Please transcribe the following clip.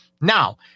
Now